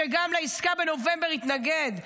שגם לעסקה בנובמבר התנגד,